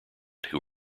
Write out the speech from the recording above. who